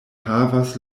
havas